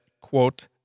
quote